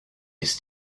his